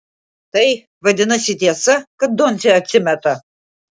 tai vadinasi tiesa kad doncė atsimeta